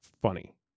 funny